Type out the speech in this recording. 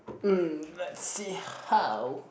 mm let's see how